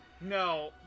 No